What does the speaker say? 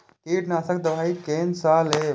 कीट नाशक दवाई कोन सा लेब?